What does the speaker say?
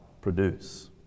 produce